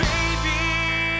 Baby